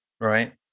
right